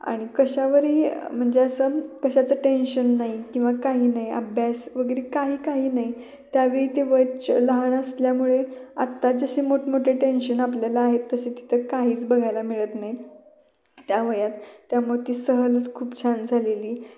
आणि कशावरही म्हणजे असं कशाचं टेन्शन नाही किंवा काही नाही अभ्यास वगैरे काही काही नाही त्यावेळी ते वयच लहान असल्यामुळे आत्ता जसे मोठमोठे टेन्शन आपल्याला आहेत तसे तिथं काहीच बघायला मिळत नाही त्या वयात त्यामुळं ती सहलच खूप छान झालेली